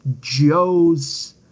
Joe's